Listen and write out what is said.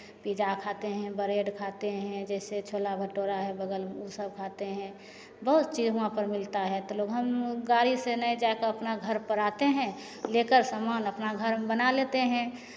pizza खाते हैं bread खाते हैं जैसे छोला भटूरा है बगल में वो सब खाते हैं बहुत चीज़ हुआं पर मिलता है तो लोग हम गाड़ी से नहीं जा के अपना घर पर आते हैं लेकर समान अपना घर में बना लेते हैं